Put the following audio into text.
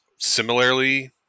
Similarly